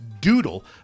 doodle